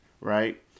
right